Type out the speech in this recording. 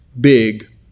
big